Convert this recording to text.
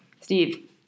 Steve